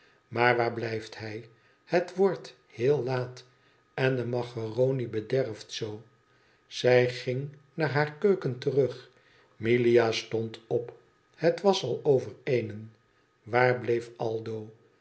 maar waar blijft hij het wordt heel laat en de maccheroni bederft zoo zij ging naar haar keuken terug milia stond op het was al over eenen waar bleef aldo